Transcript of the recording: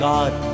God